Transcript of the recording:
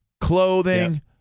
clothing